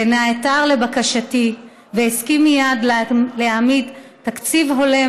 ונעתר לבקשתי והסכים מייד להעמיד תקציב הולם